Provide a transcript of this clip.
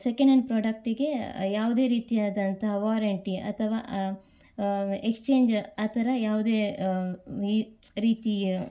second hand ಪ್ರಾಡಕ್ಟಿಗೆ ಯಾವುದೇ ರೀತಿಯಾದಂತಹ ವಾರೆಂಟಿ ಅಥವಾ ಎಕ್ಸ್ಚೇಂಜ್ ಆ ಥರ ಯಾವುದೇ ಈ ರೀತಿ